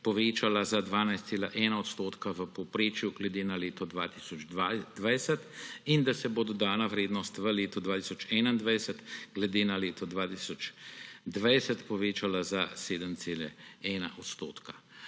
povečala za 12,1 % v povprečju glede na leto 2020 in da se bo dodana vrednost v letu 2021 glede na leto 2020 povečala za 7,1 %. To kaže